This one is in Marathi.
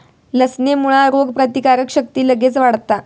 लसणेमुळा रोगप्रतिकारक शक्ती लगेच वाढता